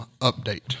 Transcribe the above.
update